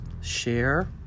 share